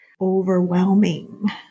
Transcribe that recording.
overwhelming